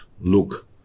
look